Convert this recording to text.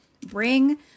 Bring